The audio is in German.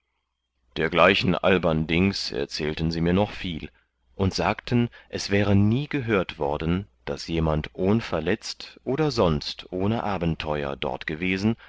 dergleichen albern dings erzählten sie mir noch viel und sagten es wäre nie gehört worden daß jemand ohnverletzt oder sonst ohne abenteur dort gewesen